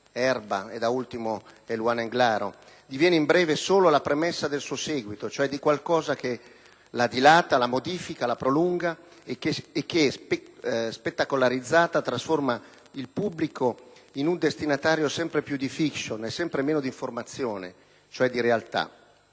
Erba e, da ultimo, Eluana Englaro) diviene in breve «solo la premessa del suo seguito, cioè di qualcosa che la dilata, la modifica, la prolunga; e che, spettacolarizzata, trasforma il pubblico sempre più in un destinatario di *fiction* e sempre meno di informazione, cioè di realtà».